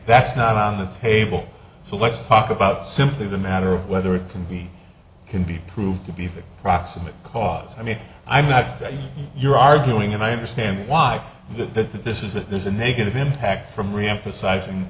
that's not on the table so let's talk about simply the matter of whether you can be proved to be proximate cause i mean i'm not you're arguing and i understand why the this is that there's a negative impact from reemphasizing